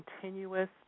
continuous